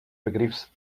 begriffs